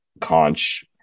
conch